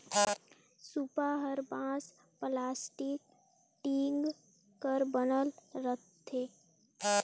सूपा हर बांस, पलास्टिक, टीग कर बनल रहथे